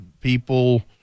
people